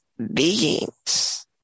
beings